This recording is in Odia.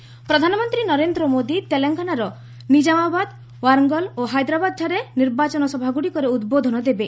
ତେଲଙ୍ଗାନା ପିଏମ୍ ପ୍ରଧାନମନ୍ତ୍ରୀ ନରେନ୍ଦ୍ର ମୋଦି ତେଲଙ୍ଗାନାର ନିଜାମାବାଦ ୱାରଙ୍ଗଲ୍ ଓ ହାଇଦ୍ରାବାଦଠାରେ ନିର୍ବାଚନ ସଭାଗୁଡ଼ିକରେ ଉଦ୍ବୋଧନ ଦେବେ